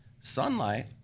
Sunlight